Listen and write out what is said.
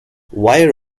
wire